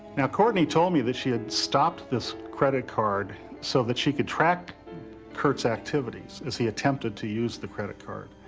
now courtney told me that she had stopped this credit card so that she could track kurt's activities as he attempted to use the credit card.